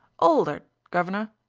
old'ard, guvner!